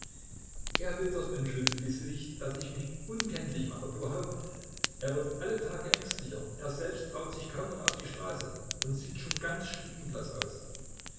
er will doch entschuldigte sie sich daß ich mich unkenntlich mache überhaupt er wird alle tage ängstlicher er selbst traut sich kaum noch auf die straße und sieht schon ganz stubenblaß aus